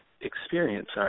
experience